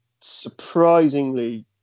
surprisingly